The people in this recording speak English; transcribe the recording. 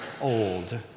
old